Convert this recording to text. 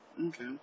okay